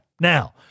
Now